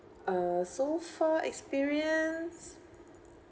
uh so far experience